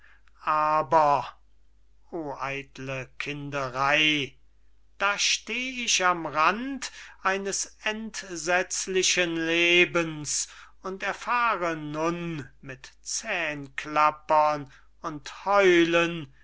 aber o eitle kinderey da steh ich am rand eines entsetzlichen lebens und erfahre nun mit zähnklappern und heulen